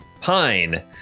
Pine